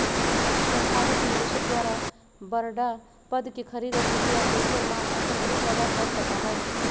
संस्थागत निवेशक द्वारा बडड़ा पद के खरीद और बिक्री आपूर्ति और मांग असंतुलन पैदा कर सका हई